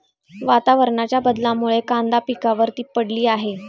वातावरणाच्या बदलामुळे कांदा पिकावर ती पडली आहे